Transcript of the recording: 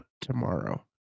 tomorrow